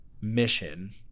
mission